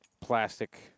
plastic